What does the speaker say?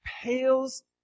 pales